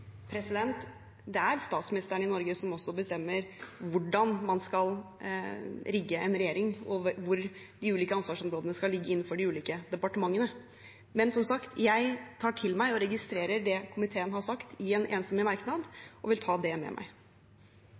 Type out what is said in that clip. Det er statsministeren i Norge som også bestemmer hvordan man skal rigge en regjering, og hvor de ulike ansvarsområdene skal ligge innenfor de ulike departementene. Men, som sagt, jeg tar til meg og registrerer det komiteen har sagt i en enstemmig merknad, og vil ta det med meg.